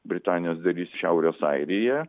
britanijos dalis šiaurės airija